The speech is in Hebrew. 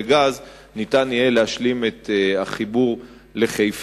גז" ניתן יהיה להשלים את החיבור לחיפה,